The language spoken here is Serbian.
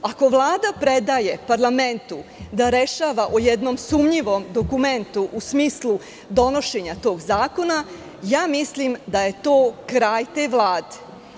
Ako Vlada predaje parlamentu da rešava o jednom sumnjivom dokumentu, u smislu donošenja tog zakona, ja mislim da je to kraj te Vlade.